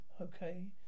Okay